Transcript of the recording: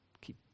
keep